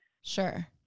Sure